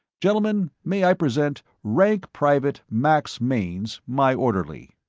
gentlemen, may i present rank private max mainz, my orderly.